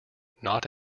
not